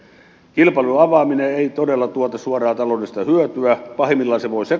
kilpailun avaaminen ei todella tuota suoraa taloudellista hyötyä